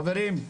חברים,